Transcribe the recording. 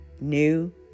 new